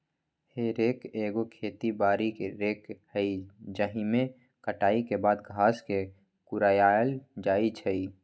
हे रेक एगो खेती बारी रेक हइ जाहिमे कटाई के बाद घास के कुरियायल जाइ छइ